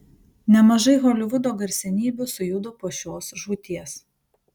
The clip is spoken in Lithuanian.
nemažai holivudo garsenybių sujudo po šios žūties